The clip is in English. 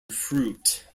fruit